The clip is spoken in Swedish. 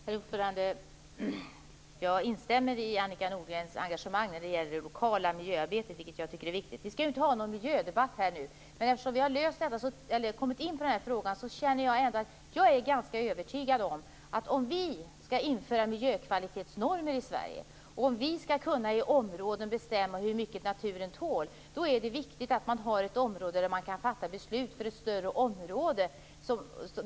Herr talman! Jag instämmer i Annika Nordgrens engagemang när det gäller det lokala miljöarbetet, vilket jag tycker är viktigt. Vi skall inte nu ha någon miljödebatt. Men eftersom vi har kommit in på frågan vill jag ändå säga att jag är ganska övertygad om, att om vi skall införa miljökvalitetsnormer i Sverige och kunna i områden bestämma hur mycket naturen tål är det viktigt att man har sådana områden att man kan fatta beslut för ett större område.